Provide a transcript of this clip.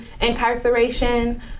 incarceration